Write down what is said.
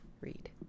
Read